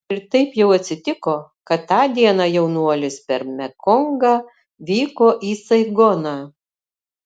ir taip jau atsitiko kad tą dieną jaunuolis per mekongą vyko į saigoną